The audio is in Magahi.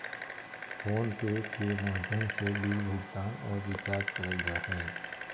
फोन पे के माध्यम से बिल भुगतान आर रिचार्ज करल जा हय